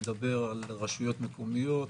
אני מדבר על רשויות מקומיות,